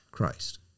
Christ